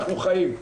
אנחנו חיים.